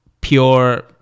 pure